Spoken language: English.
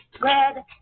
red